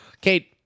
kate